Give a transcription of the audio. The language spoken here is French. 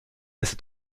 cet